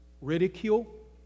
ridicule